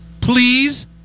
Please